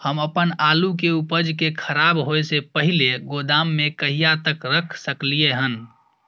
हम अपन आलू के उपज के खराब होय से पहिले गोदाम में कहिया तक रख सकलियै हन?